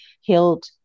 healed